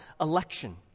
election